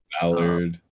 Ballard